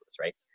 right